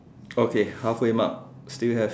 okay half way mark still we have